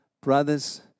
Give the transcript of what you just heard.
brothers